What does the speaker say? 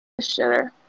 Shitter